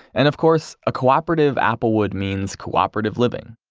and of course, a cooperative applewood means cooperative living.